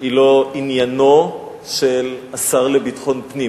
היא לא עניינו של השר לביטחון פנים.